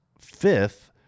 fifth